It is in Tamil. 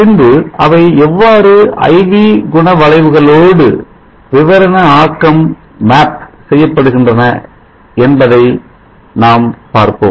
பின்பு அவை எவ்வாறு I V குணவளைவுகளோடு விவரண ஆக்கம் செய்யப்படுகின்றன என்பதை நாம் பார்ப்போம்